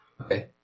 okay